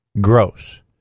gross